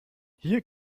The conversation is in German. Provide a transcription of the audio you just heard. hier